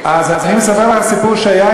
אז אני מספר לך סיפור שהיה,